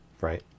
Right